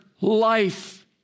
life